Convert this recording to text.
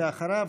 ואחריו,